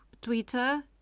Twitter